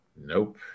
Nope